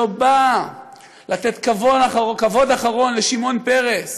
לתת כבוד אחרון לשמעון פרס,